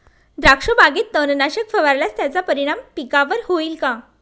द्राक्षबागेत तणनाशक फवारल्यास त्याचा परिणाम पिकावर होईल का?